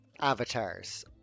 avatars